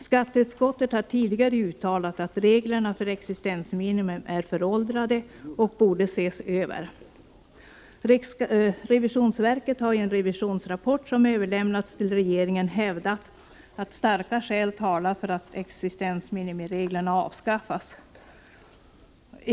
Skatteutskottet har tidigare uttalat att reglerna för existensminimum är föråldrade och borde ses över. Riksrevisionsverket har i en revisionsrapport som överlämnats till regeringen hävdat att starka skäl talar för att existensminimireglerna avskaffas.